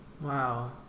Wow